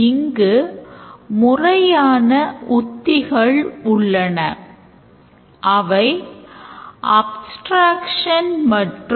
எங்கே element of time இருக்கிறதோ அங்கே நாம் ஒரு வெளிப்புற system ஆகிய calendar அல்லது வழக்கமான system time கொண்டிருக்க வேண்டும்